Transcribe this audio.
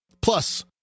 Plus